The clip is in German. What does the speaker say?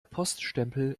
poststempel